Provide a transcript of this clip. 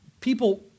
people